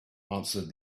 answered